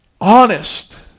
honest